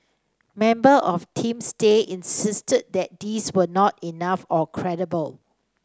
member of Team Stay insisted that these were not enough or credible